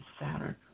Saturn